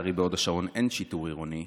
לצערי בהוד השרון אין שיטור עירוני,